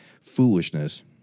foolishness